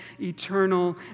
eternal